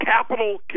capital